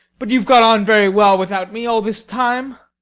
but you've got on very well without me all this time.